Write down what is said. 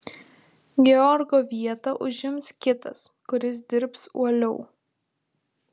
georgo vietą užims kitas kuris dirbs uoliau